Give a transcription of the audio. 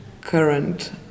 current